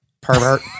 Pervert